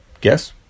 guess